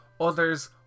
Others